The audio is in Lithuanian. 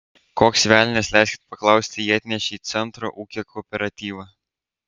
koks velnias leiskit paklausti jį atnešė į centro ūkio kooperatyvą